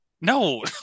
No